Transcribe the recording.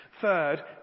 Third